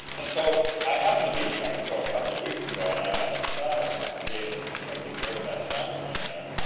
and so i happened to be in mexico a couple of weeks ago, and i met the son of some of david and peggy's very best friends from there.